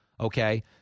Okay